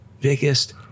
biggest